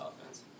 offense